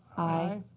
aye.